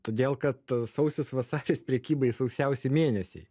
todėl kad sausis vasaris prekybai sausiausi mėnesiai